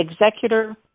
executor